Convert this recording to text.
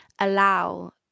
allow